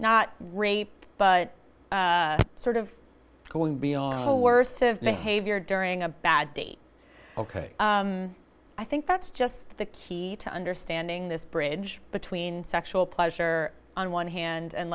not rape but sort of going beyond the worst of havior during a bad day ok i think that's just the key to understanding this bridge between sexual pleasure on one hand and